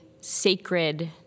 sacred